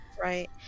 Right